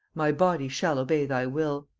my body shall obey thy will.